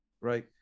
Right